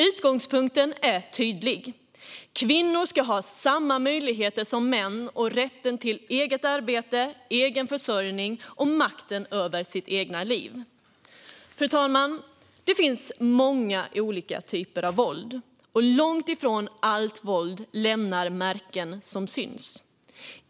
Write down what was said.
Utgångspunkten är tydlig: Kvinnor ska ha samma möjligheter som män, rätten till ett eget arbete och en egen försörjning samt makten över sitt eget liv. Fru talman! Det finns många olika typer av våld, och långt ifrån allt våld lämnar märken som syns.